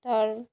তার